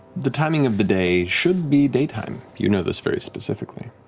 the timing of the day should be daytime. you know this very specifically.